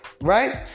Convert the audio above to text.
Right